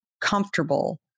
comfortable